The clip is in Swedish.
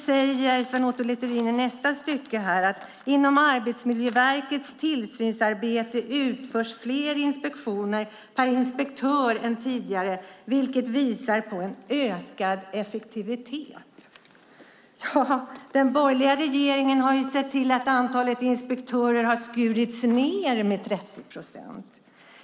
Sven Otto Littorin säger i ett stycke i svaret att inom Arbetsmiljöverkets tillsynsarbete utförs fler inspektioner per inspektör än tidigare, vilket visar på en ökad effektivitet. Den borgerliga regeringen har ju sett till att antalet inspektörer har skurits ned med 30 procent.